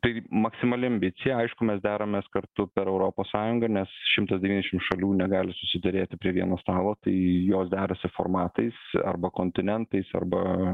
tai maksimali ambicija aišku mes deramės kartu per europos sąjungą nes šimtas devyniasdešim šalių negali susiderėti prie vieno stalo tai jos derasi formatais arba kontinentais arba